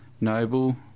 noble